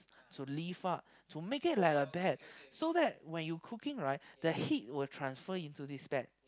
to lift up to make it like a bed so that when you cooking right the heat will transfer into the bed